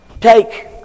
Take